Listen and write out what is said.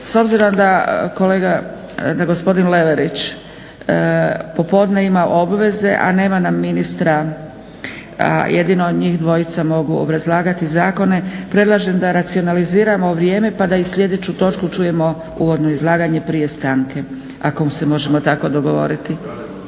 kolega, da gospodin Leverić popodne ima obveze a nema nam ministra a jedino njih dvojca mogu obrazlagati zakone predlažem da racionaliziramo vrijeme pa da i sljedeću točku čujemo uvodno izlaganje prije stanke ako se možemo tako dogovoriti.